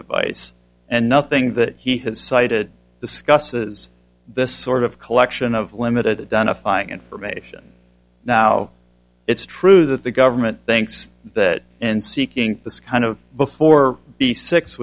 device and nothing that he has cited discusses the sort of collection of limited done a fighting information now it's true that the government thinks that and seeking this kind of before the six